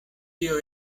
tio